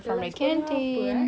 saya rasa